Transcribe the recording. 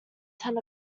ten